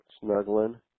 snuggling